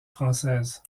française